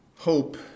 Hope